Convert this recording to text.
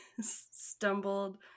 Stumbled